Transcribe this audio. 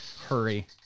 Hurry